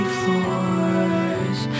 floors